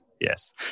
yes